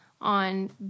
on